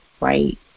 right